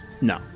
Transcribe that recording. No